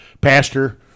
Pastor